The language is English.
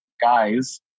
guys